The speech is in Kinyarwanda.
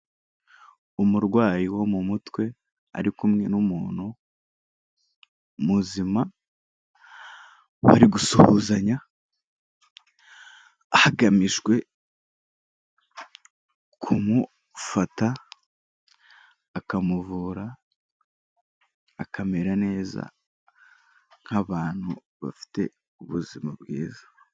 Umurwayi wo mu mutwe, ari kumwe n'umuntu muzima, bari gusuhuzanya, hagamijwe kumufata, akamuvura, akamera neza nk'abantu bafite ubuzima bwiza.